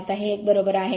आता हे एक बरोबर आहे